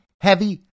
heavy